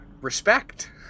Respect